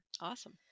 awesome